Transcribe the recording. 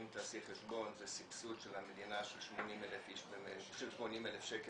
אם תעשי חשבון זה סבסוד של המדינה של 80,000 שקל